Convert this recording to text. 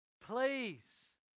please